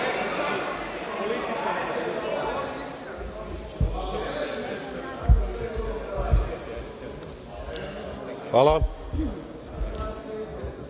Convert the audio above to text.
Hvala.